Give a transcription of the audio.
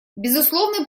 безусловный